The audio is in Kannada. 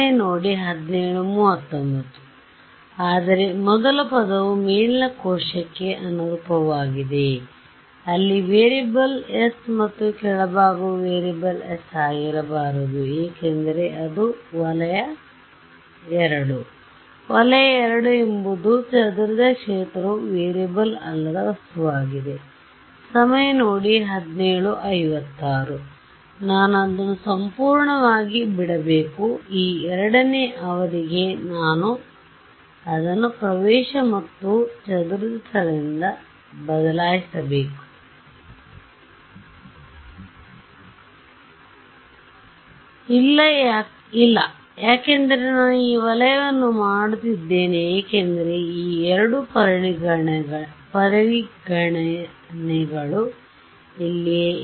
ಇಲ್ಲ ಆದರೆ ಮೊದಲ ಪದವು ಮೇಲಿನ ಕೋಶಕ್ಕೆ ಅನುರೂಪವಾಗಿದೆ ಅಲ್ಲಿ ವೇರಿಯೇಬಲ್ s ಮತ್ತು ಕೆಳಭಾಗವು ವೇರಿಯಬಲ್ s ಆಗಿರಬಾರದು ಏಕೆಂದರೆ ಅದು ವಲಯ II ವಲಯ II ಎಂಬುದು ಚದುರಿದ ಕ್ಷೇತ್ರವು ವೇರಿಯಬಲ್ ಅಲ್ಲದ ವಸ್ತುವಾಗಿದೆ ಆದ್ದರಿಂದ ನಾನು ಅದನ್ನು ಸಂಪೂರ್ಣ ವಾಗಿ ಬಿಡಬೇಕು ಈ ಎರಡನೆಯ ಅವಧಿಗೆ ನಾನು ಅದನ್ನು ಪ್ರವೇಶ ಮತ್ತು ಚದುರಿದ ಸ್ಥಳದಿಂದ ಬದಲಾಯಿಸಬೇಕು ಇಲ್ಲ ಯಾಕೆಂದರೆ ನಾನು ಈ ವಲಯವನ್ನು ಮಾಡುತ್ತಿದ್ದೇನೆ ಏಕೆಂದರೆ ಈ ಎರಡು ಪರಿಗಣನೆಗಳು ಇಲ್ಲಿಯೇ ಇವೆ